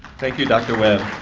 thank you dr. webb.